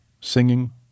singing